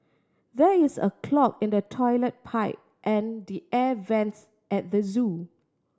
there is a clog in the toilet pipe and the air vents at the zoo